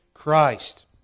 Christ